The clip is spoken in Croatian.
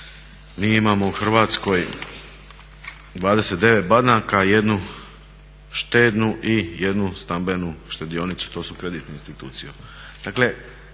mi imao u Hrvatskoj 29 banaka, jednu štednu i jednu stambenu štedionicu, to su kreditne institucije.